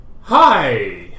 Hi